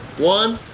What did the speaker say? one,